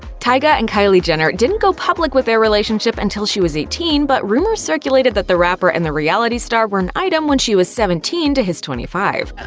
tyga and kylie jenner didn't go public with their relationship until she was eighteen, but rumors circulated that the rapper and the reality star were an item when she was seventeen to his twenty five.